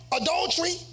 adultery